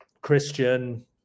Christian